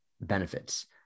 benefits